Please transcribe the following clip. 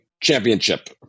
Championship